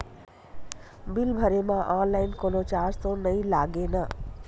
Bill भरे मा online कोनो चार्ज तो नई लागे ना?